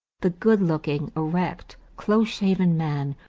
the good-looking, erect, close-shaven man,